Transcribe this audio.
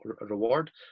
reward